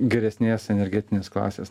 geresnės energetinės klasės